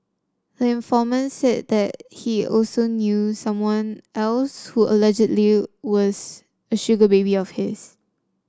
the informant said he also knew someone else who allegedly was a sugar baby of his